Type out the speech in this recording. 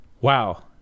Wow